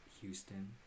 Houston